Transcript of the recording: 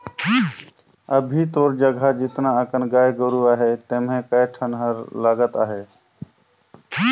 अभी तोर जघा जेतना अकन गाय गोरु अहे तेम्हे कए ठन हर लगत अहे